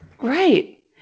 Right